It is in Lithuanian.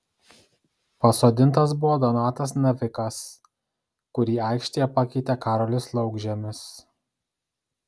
pasodintas buvo donatas navikas kurį aikštėje pakeitė karolis laukžemis